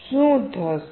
શું થશે